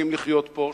שרוצים לחיות פה,